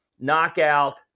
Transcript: Knockout